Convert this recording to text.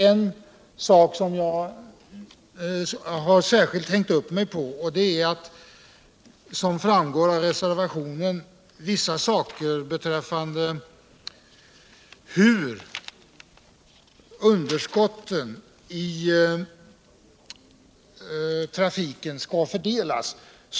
En sak har jag särskilt hängt upp mig på, och det är som framgår av reservationen vissa problem beträffande hur underskottet i trafiken skall fördelas.